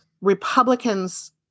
Republicans